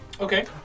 Okay